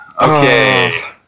Okay